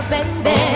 Baby